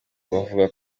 bavuga